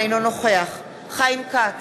אינו נוכח חיים כץ,